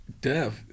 death